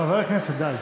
חברי הכנסת, די.